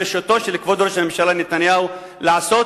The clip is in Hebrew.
בראשותו של כבוד ראש הממשלה נתניהו, לעשות